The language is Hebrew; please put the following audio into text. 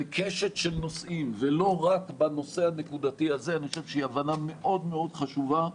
בקשת של נושאים ולא רק בנושא הנקודתי הזה היא הבנה מאוד מאוד חשובה,